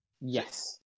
yes